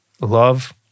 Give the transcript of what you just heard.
love